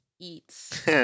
eats